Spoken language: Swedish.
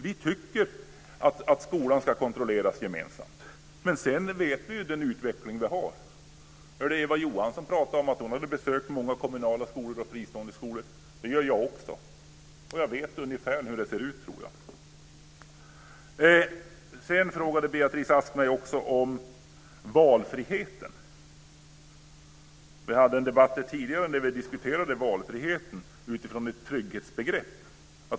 Vi tycker att skolan ska kontrolleras gemensamt. Men vi vet vilken utveckling vi har. Eva Johansson talade om att hon hade besökt många kommunala skolor och fristående skolor. Det har jag också. Jag tror att jag ungefär vet hur det ser ut. Beatrice Ask frågade mig också om valfriheten. Vi hade en debatt här tidigare då vi diskuterade valfriheten utifrån ett trygghetsbegrepp.